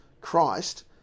Christ